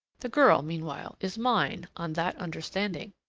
the girl, meanwhile, is mine on that understanding.